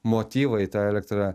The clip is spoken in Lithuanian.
motyvai tą elektrą